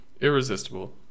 Irresistible